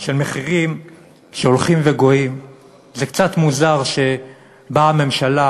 של מחירים שהולכים וגואים זה קצת מוזר שבאה הממשלה,